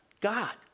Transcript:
God